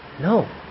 No